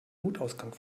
notausgang